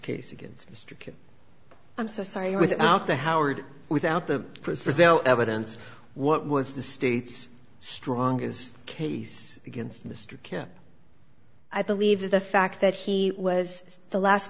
mr i'm so sorry without the howard without the present evidence what was the state's strongest case against mr kim i believe that the fact that he was the last